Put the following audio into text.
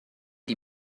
die